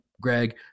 Greg